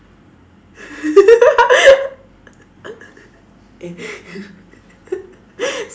eh